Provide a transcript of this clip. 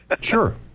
Sure